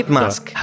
mask